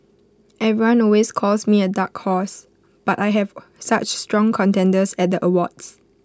everyone always calls me A dark horse but I have such strong contenders at the awards